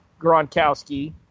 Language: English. Gronkowski